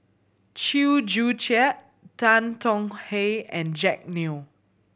Chew Joo Chiat Tan Tong Hye and Jack Neo